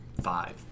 five